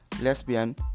lesbian